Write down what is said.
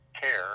care